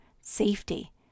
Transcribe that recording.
safety